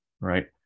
right